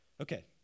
Okay